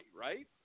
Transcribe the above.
right